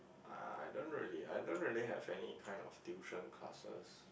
I don't really I don't really have any kind of tuition classes